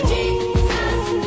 Jesus